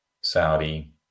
Saudi